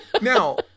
Now